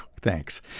Thanks